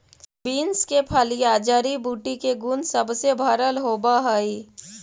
beans के फलियां जड़ी बूटी के गुण सब से भरल होब हई